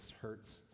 hurts